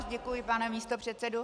Děkuji, pane místopředsedo.